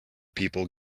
people